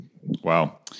Wow